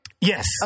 Yes